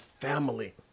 family